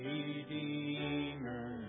Redeemer